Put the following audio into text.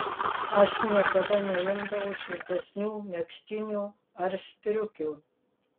aš niekada neimdavau šiltesnių megztinių ar striukių